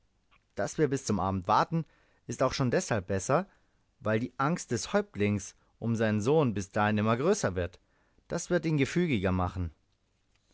daß wir bis zum abend warten ist auch schon deshalb besser weil die angst des häuptlings um seinen sohn bis dahin immer größer wird das wird ihn gefügiger machen